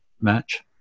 match